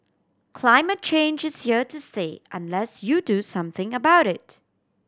climate change is here to stay unless you do something about it